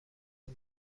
اما